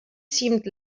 seemed